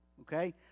okay